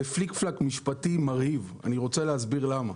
זה פליק-פלאק משפטי מרהיב ואני רוצה להסביר למה.